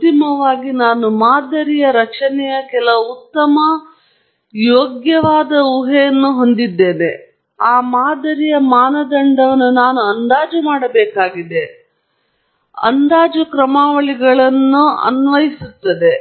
ಅಂತಿಮವಾಗಿ ನಾನು ಮಾದರಿಯ ರಚನೆಯ ಕೆಲವು ಉತ್ತಮ ಯೋಗ್ಯವಾದ ಊಹೆಯನ್ನು ಹೊಂದಿದ್ದೇನೆ ಮತ್ತು ನಂತರ ಆ ಮಾದರಿಯ ಮಾನದಂಡವನ್ನು ನಾನು ಅಂದಾಜು ಮಾಡಬೇಕಾಗಿದೆ ಅದು ನಾನು ಅಂದಾಜು ಕ್ರಮಾವಳಿಗಳನ್ನು ಅನ್ವಯಿಸುತ್ತದೆ